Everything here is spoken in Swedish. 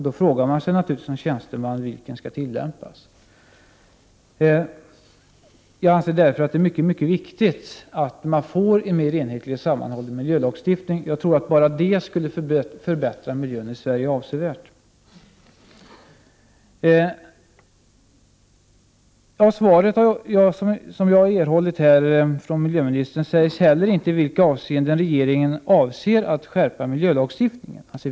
Då frågar man sig naturligtvis som tjänsteman vilken lag som skall tillämpas. Jag anser därför att det är mycket viktigt att vi får en mer enhetlig och sammanhållen miljölagstiftning. Jag tror att detta ensamt skulle förbättra miljön i Sverige avsevärt. I miljöministerns svar sägs heller inte i vilka avseenden regeringen avser att skärpa miljölagstiftningen.